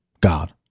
God